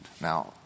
Now